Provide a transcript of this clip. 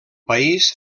país